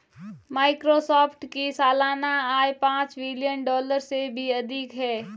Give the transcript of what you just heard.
Microsoft की सालाना आय पांच बिलियन डॉलर से भी अधिक है